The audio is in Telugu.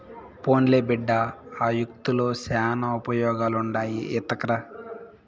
పోన్లే బిడ్డా, ఆ యాకుల్తో శానా ఉపయోగాలుండాయి ఎత్తకరా